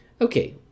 Okay